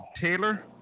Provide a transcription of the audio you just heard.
Taylor